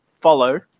follow